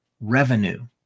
revenue